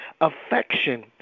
affection